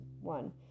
one